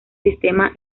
sistema